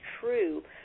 true